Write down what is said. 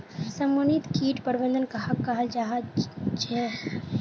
समन्वित किट प्रबंधन कहाक कहाल जाहा झे?